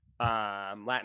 Latin